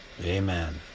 Amen